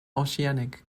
oceanic